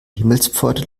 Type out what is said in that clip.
himmelspforte